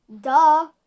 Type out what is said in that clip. Duh